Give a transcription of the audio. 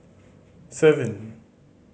seven